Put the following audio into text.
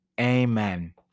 Amen